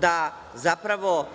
da zapravo